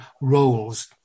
roles